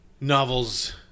novels